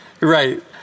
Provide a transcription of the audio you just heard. Right